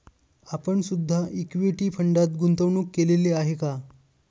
आपण सुद्धा इक्विटी फंडात गुंतवणूक केलेली आहे का?